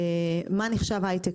מה נחשב היי-טק,